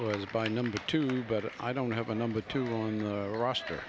was by number two but i don't have a number two on the roster